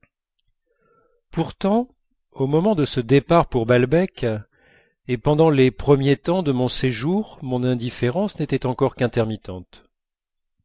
pourtant au moment de ce départ pour balbec et pendant les premiers temps de mon séjour mon indifférence n'était encore qu'intermittente